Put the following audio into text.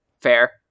Fair